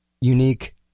unique